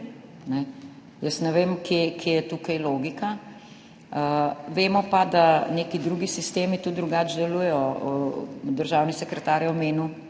Jaz ne vem, kje je tukaj logika. Vemo pa, da neki drugi sistemi tudi drugače delujejo. Državni sekretar je omenil